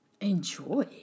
Enjoy